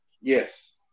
Yes